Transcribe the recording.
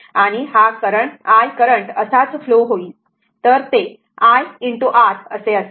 आणि हा I current असाच फ्लो होईल तर ते I R असेल